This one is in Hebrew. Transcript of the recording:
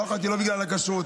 לא אכלתי לא בגלל הכשרות.